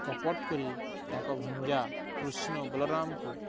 କପଟ କରି ତାଙ୍କ ଭଞ୍ଜା କୃଷ୍ଣ ବଲରାମକୁ